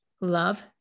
love